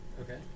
Okay